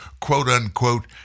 quote-unquote